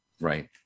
right